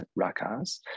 rakas